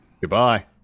Goodbye